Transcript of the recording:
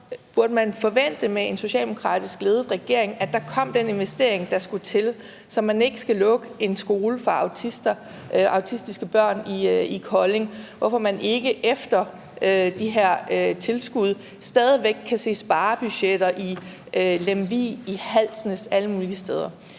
burde man med en socialdemokratisk ledet regering forvente, at der kom den investering, der skulle til, så man ikke skal lukke en skole for autistiske børn i Kolding, og så man ikke efter de her tilskud stadig væk kan se sparebudgetter i Lemvig, i Halsnæs og alle mulige steder.